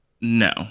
no